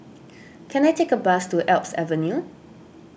can I take a bus to Alps Avenue